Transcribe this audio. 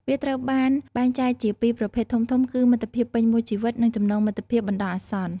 វាត្រូវបានបែងចែកជាពីរប្រភេទធំៗគឺ មិត្តភាពពេញមួយជីវិត និងចំណងមិត្តភាពបណ្ដោះអាសន្ន។